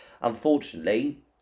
unfortunately